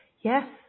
Yes